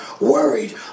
worried